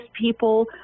people